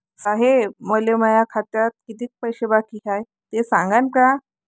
साहेब, मले माया खात्यात कितीक पैसे बाकी हाय, ते सांगान का?